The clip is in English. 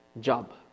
job